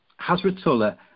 Hazratullah